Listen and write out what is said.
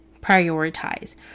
prioritize